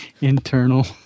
internal